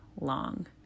long